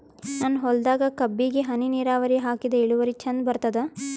ನನ್ನ ಹೊಲದಾಗ ಕಬ್ಬಿಗಿ ಹನಿ ನಿರಾವರಿಹಾಕಿದೆ ಇಳುವರಿ ಚಂದ ಬರತ್ತಾದ?